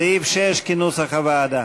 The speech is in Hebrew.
סעיף 6, כהצעת הוועדה,